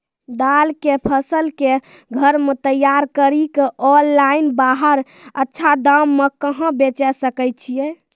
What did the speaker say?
दाल के फसल के घर मे तैयार कड़ी के ऑनलाइन बाहर अच्छा दाम मे कहाँ बेचे सकय छियै?